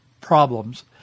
problems